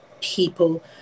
people